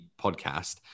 podcast